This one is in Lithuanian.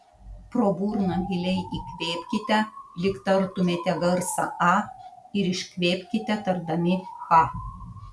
pro burną giliai įkvėpkite lyg tartumėte garsą a ir iškvėpkite tardami cha